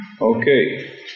Okay